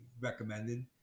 recommended